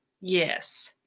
Yes